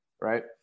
right